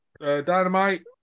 Dynamite